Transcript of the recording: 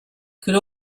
could